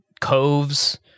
coves